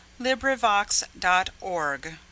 LibriVox.org